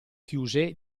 chiuse